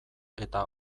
eta